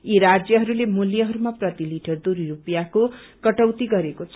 यी राज्यहरूले मूल्यहरूमा प्रतिलिटर दुई रूपियाँको कटौती गरेको छ